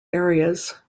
areas